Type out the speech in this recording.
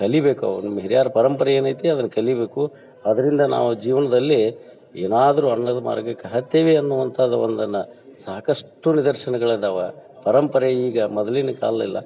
ಕಲಿಯಬೇಕು ನಮ್ಮ ಹಿರಿಯರ ಪರಂಪರೆ ಏನೈತಿ ಅದನ್ನು ಕಲಿಯಬೇಕು ಅದರಿಂದ ನಾವು ಜೀವನದಲ್ಲಿ ಏನಾದರೂ ಅನ್ನದ ಮಾರ್ಗಕ್ಕೆ ಹತ್ತೀವಿ ಅನ್ನುವಂಥದ್ದು ಒಂದನ್ನು ಸಾಕಷ್ಟು ನಿದರ್ಶನಗಳದವ ಪರಂಪರೆ ಈಗ ಮೊದಲಿನ ಕಾಲಿಲ್ಲ